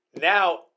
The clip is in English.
Now